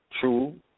true